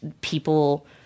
people